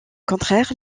contraire